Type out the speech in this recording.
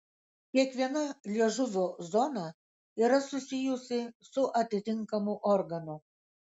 kiekviena liežuvio zona yra susijusi su atitinkamu organu